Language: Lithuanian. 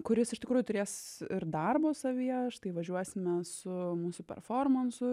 kuris iš tikrųjų turės ir darbo savyje štai važiuosime su mūsų performansu